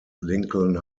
lincoln